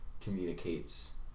communicates